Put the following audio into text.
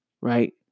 right